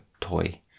toy